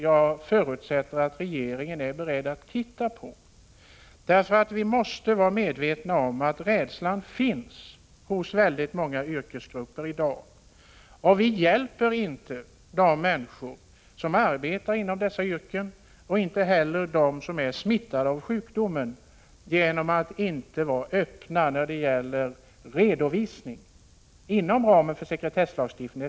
Jag förutsätter att regeringen är beredd att titta på en sådan fråga. Vi måste vara medvetna om att en sådan här rädsla finns inom väldigt många yrkesgrupper i dag. Vi hjälper inte de människor som arbetar inom dessa yrkesgrupper och inte heller dem som är smittade av sjukdomen genom att inte vara öppna när det gäller redovisning inom ramen för sekretesslagstiftningen.